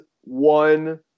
one